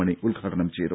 മണി ഉദ്ഘാടനം ചെയ്തു